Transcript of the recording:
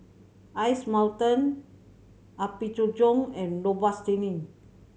Ice Mountain Apgujeong and Robitussin